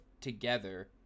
together